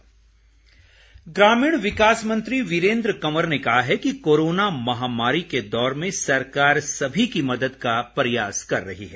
वीरेन्द्र कंवर ग्रामीण विकास मंत्री वीरेन्द्र कंवर ने कहा है कि कोरोना महामारी के दौर में सरकार सभी की मदद का प्रयास कर रही है